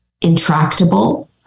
intractable